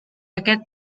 aquest